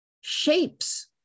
shapes